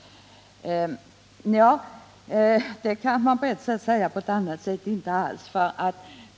Ja, på ett sätt, kan man säga det på ett annat sätt inte alls.